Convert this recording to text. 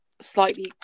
slightly